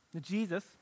Jesus